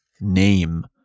name